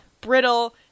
Brittle